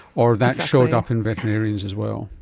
or that showed up in veterinarians as well?